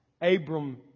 Abram